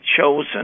chosen